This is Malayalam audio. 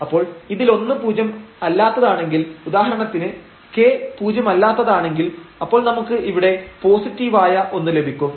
അപ്പോൾ ഇതിലൊന്ന് പൂജ്യം അല്ലാത്തതാണെങ്കിൽ ഉദാഹരണത്തിന് k പൂജ്യമല്ലാത്തതാണെങ്കിൽ അപ്പോൾ നമുക്ക് ഇവിടെ പോസിറ്റീവായ ഒന്ന് ലഭിക്കും